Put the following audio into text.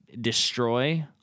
destroy